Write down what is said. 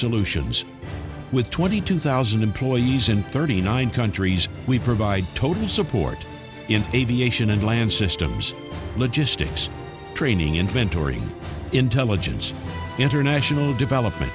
solutions with twenty two thousand employees in thirty nine countries we provide total support in aviation and land systems logistics training inventory intelligence international development